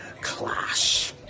Clash